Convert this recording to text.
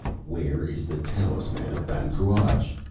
where is the talisman of ban cruach?